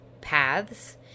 paths